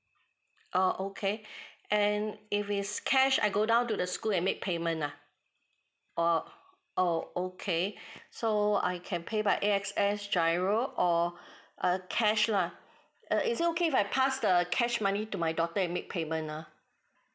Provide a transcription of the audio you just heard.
oh okay and if it's cash I go down to the school and make payment lah orh oh okay so I can pay by A_X_S GIRO or err cash lah uh is it okay if I pass the cash money to my daughter and make payment ha